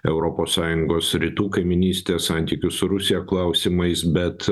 europos sąjungos rytų kaimynystės santykių su rusija klausimais bet